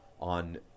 on